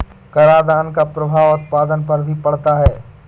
करादान का प्रभाव उत्पादन पर भी पड़ता है